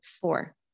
four